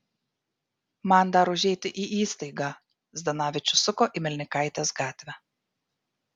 man dar užeiti į įstaigą zdanavičius suko į melnikaitės gatvę